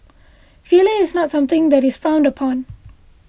failure is not something that is frowned upon